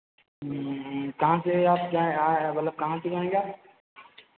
कहाँ से आप यहाँ आए हैं मतलब कहाँ से जाएँगे आप